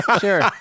sure